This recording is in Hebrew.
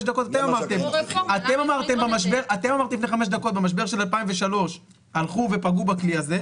דקות אתם אמרתם שבמשבר של 2003 הלכו ופגעו בכלי הזה,